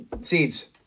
Seeds